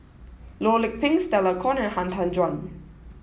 Loh Lik Peng Stella Kon and Han Tan Juan